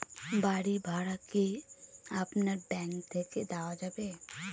বাড়ী ভাড়া কি আপনার ব্যাঙ্ক থেকে দেওয়া যাবে?